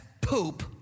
poop